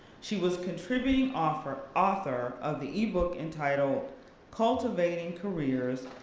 she was contributing offer author of the e-book entitled cultivating careers,